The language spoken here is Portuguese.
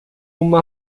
uma